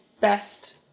best